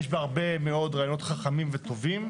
יש בה הרבה מאוד רעיונות חכמים וטובים.